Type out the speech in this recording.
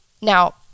Now